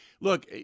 Look